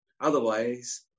Otherwise